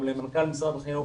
גם למנכ"ל משרד החינוך